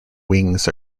wings